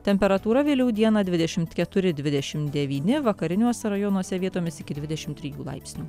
temperatūra vėliau dieną dvidešimt keturi dvidešimt devyni vakariniuose rajonuose vietomis iki dvidešimt trijų laipsnių